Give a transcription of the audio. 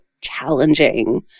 challenging